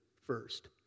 first